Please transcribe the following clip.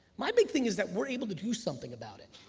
my big thing is that we're able to do something about it.